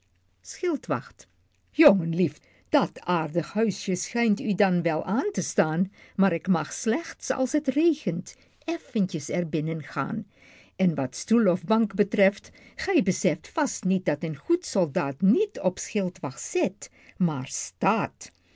banjerheer jongenlief dat aardig huisje schijnt u dan wel aan te staan maar ik mag slechts als het regent eventjes er binnengaan en wat stoel of bank betreft gij beseft vast niet dat een goed soldaat niet op schildwacht zit maar staat